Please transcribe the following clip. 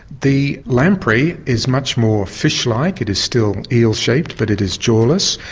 the lamprey is much more fish-like, it is still eel-shaped but it is jawless.